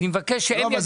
אני מבקש שהם יגידו.